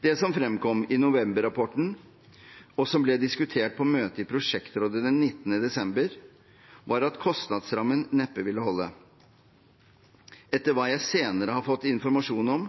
Det som fremkom i november-rapporten, og som ble diskutert på møtet i prosjektrådet den 19. desember, var at kostnadsrammen neppe ville holde. Etter hva jeg senere har fått informasjon om,